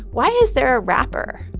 why is there a wrapper?